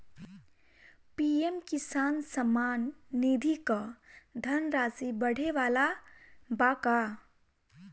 PM Kisan Samman Nidhi क धनराशि बढ़े वाला बा का?